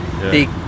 big